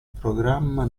programma